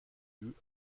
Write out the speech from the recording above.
lieux